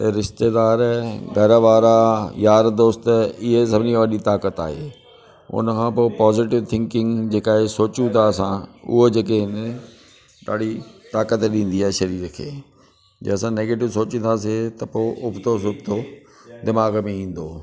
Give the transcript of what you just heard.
रिश्तेदार घर वारा यार दोस्त इहे सभिनी खां वॾी ताक़त आहे उनखां पोइ पॉज़िटिव थिंकिंग जे करे सोचू त असां उहे जेके आहिनि ॾाढी ताक़त ॾींदी आहे शरीर खे जीअं असां नैगिटिव सोचीदासीं त पो उबतो सुबतो दिमाग़ में ईंदो